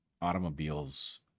automobiles